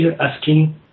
asking